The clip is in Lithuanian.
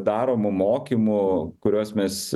daromų mokymų kuriuos mes